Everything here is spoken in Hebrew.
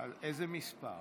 בשם שר המשפטים.